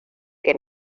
que